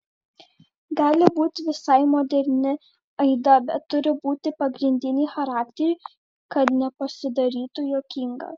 gali būti visai moderni aida bet turi būti pagrindiniai charakteriai kad nepasidarytų juokinga